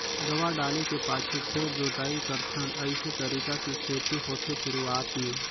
दवा डाले के पाछू फेर जोताई करथन अइसे तरीका के खेती होथे शुरूआत में